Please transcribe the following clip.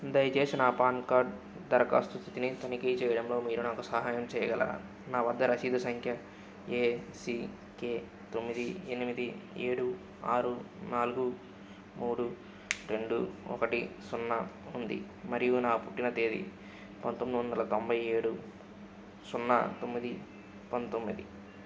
దయచేసి నా PAN card దరఖాస్తు స్థితిని తనిఖీ చేయడంలో మీరు నాకు సహాయం చేయగలరా నా వద్ద రసీదు సంఖ్య ఏసీకే తొమ్మిది ఎనిమిది ఏడు ఆరు నాలుగు మూడు రెండు ఒకటి సున్నా ఉంది మరియు నా పుట్టిన తేదీ పంతొమ్మిది వందల తొంభై ఏడు సున్నా తొమ్మిది పంతొమ్మిది